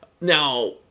now